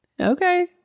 Okay